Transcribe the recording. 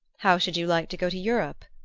how should you like to go to europe?